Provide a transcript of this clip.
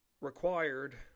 required